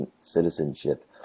citizenship